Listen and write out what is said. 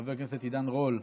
חבר הכנסת עידן רול,